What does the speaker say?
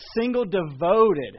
single-devoted